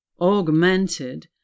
augmented